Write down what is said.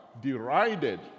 derided